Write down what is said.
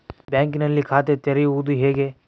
ಬ್ಯಾಂಕಿನಲ್ಲಿ ಖಾತೆ ತೆರೆಯುವುದು ಹೇಗೆ?